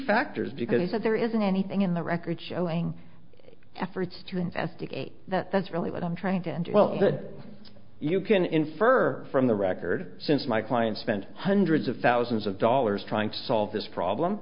factors because that there isn't anything in the record showing efforts to investigate that that's really what i'm trying to enjoy well that you can infer from the record since my client spent hundreds of thousands of dollars trying to solve this problem